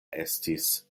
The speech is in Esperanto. estis